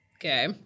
Okay